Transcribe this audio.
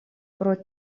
pro